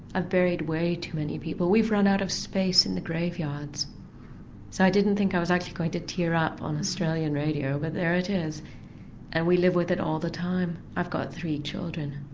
ah buried way too many people. we've run out of space in the graveyards so i didn't think i was actually going to tear up on australian radio but there it is and we live with it all the time. i've got three children,